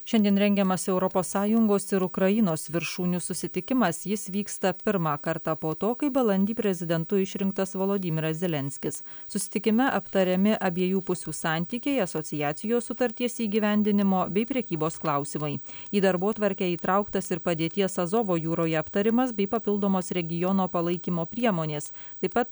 šiandien rengiamas europos sąjungos ir ukrainos viršūnių susitikimas jis vyksta pirmą kartą po to kai balandį prezidentu išrinktas volodymiras zelenskis susitikime aptariami abiejų pusių santykiai asociacijos sutarties įgyvendinimo bei prekybos klausimai į darbotvarkę įtrauktas ir padėties azovo jūroje aptarimas bei papildomos regiono palaikymo priemonės taip pat